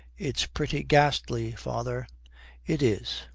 it's pretty ghastly, father it is.